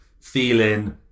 feeling